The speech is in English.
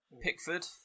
Pickford